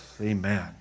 Amen